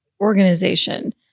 organization